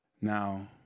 now